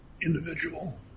individual